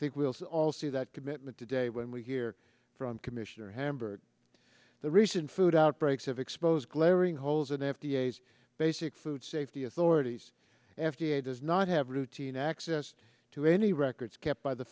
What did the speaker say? think wills all see that commitment today when we hear from commissioner hamburg the recent food outbreaks have exposed glaring holes in f d a s basic food safety authorities f d a does not have routine access to any records kept by the